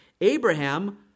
Abraham